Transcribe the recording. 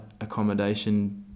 accommodation